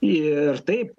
ir taip